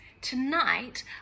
tonight